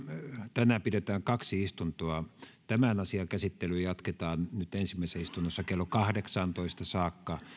tänään pidetään kaksi istuntoa tämän asian käsittelyä jatketaan nyt ensimmäisessä istunnossa kello kahdeksantoista saakka